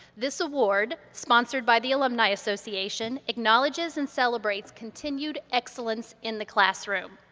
this award, sponsored by the alumni association, acknowledges and celebrates continued excellence in the classroom.